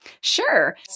Sure